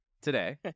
today